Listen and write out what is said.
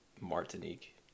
Martinique